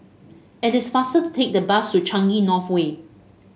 it is faster to take the bus to Changi North Way